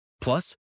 Plus